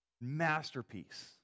masterpiece